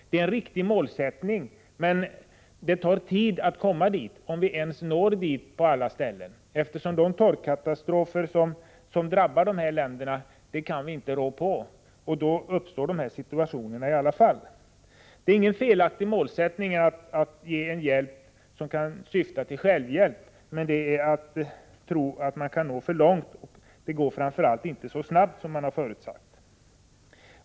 Det är en riktig målsättning, men det tar tid att komma dithän — om vi ens når så långt på alla ställen. De torkkatastrofer som drabbar länderna i fråga kan vi ju inte rå på, och då uppkommer de här situationerna. Det är ingen felaktig målsättning att ge hjälp som syftar till självhjälp. Men det är att gå för långt att säga sig, att man löser problemen på detta sätt, och framför allt kan man inte uppnå lösningar så snabbt som har förutsagts.